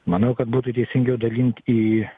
manau kad būtų teisingiau dalint į